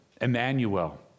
Emmanuel